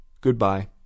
Goodbye